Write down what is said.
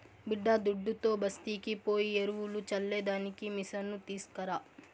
బిడ్డాదుడ్డుతో బస్తీకి పోయి ఎరువులు చల్లే దానికి మిసను తీస్కరా